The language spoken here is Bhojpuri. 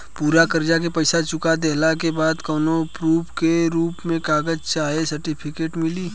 पूरा कर्जा के पईसा चुका देहला के बाद कौनो प्रूफ के रूप में कागज चाहे सर्टिफिकेट मिली?